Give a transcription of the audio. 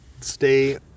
Stay